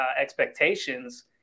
expectations